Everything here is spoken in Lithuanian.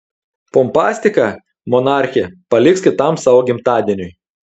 pompastiką monarchė paliks kitam savo gimtadieniui